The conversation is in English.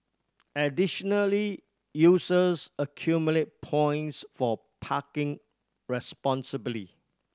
additionally users accumulate points for parking responsibly